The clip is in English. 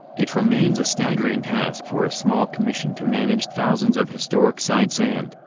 it remains a staggering task for a small commission to manage thousands of historic sites and,